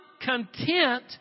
content